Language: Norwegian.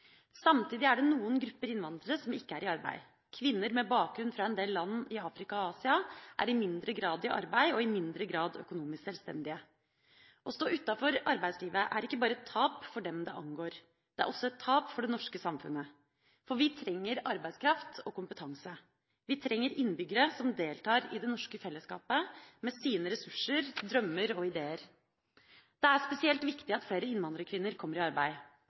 Samtidig er det noen grupper innvandrere som ikke er i arbeid. Kvinner med bakgrunn fra en del land i Afrika og Asia er i mindre grad i arbeid og i mindre grad økonomisk sjølstendige. Å stå utenfor arbeidslivet er ikke bare et tap for dem det angår. Det er også et tap for det norske samfunnet, for vi trenger arbeidskraft og kompetanse. Vi trenger innbyggere som deltar i det norske fellesskapet med sine ressurser, drømmer og ideer. Det er spesielt viktig at flere innvandrerkvinner kommer i arbeid.